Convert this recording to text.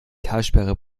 talsperre